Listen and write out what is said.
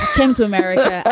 came to america.